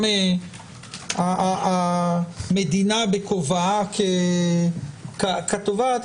גם המדינה בכובעה כתובעת,